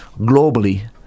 globally